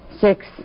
six